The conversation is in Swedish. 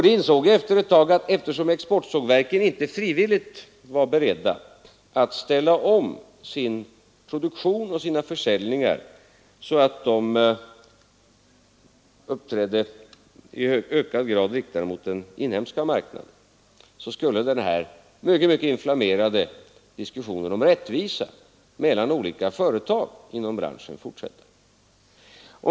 Jag insåg efter ett tag att eftersom exportsågverken inte var beredda att frivilligt ställa om sin produktion och sina försäljningar så att de i ökad grad riktades mot den inhemska marknaden, skulle den här mycket inflammerade diskussionen om rättvisa mellan olika företag inom branschen fortsätta.